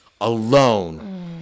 alone